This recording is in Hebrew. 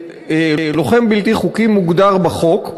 לוחם בלתי חוקי מוגדר בחוק.